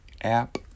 app